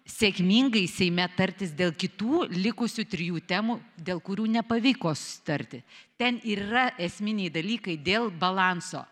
sėkmingai seime tartis dėl kitų likusių trijų temų dėl kurių nepavyko susitarti ten ir yra esminiai dalykai dėl balanso